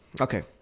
Okay